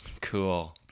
Cool